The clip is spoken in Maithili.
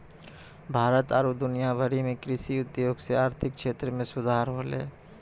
भारत आरु दुनिया भरि मे कृषि उद्योग से आर्थिक क्षेत्र मे सुधार होलै